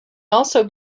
also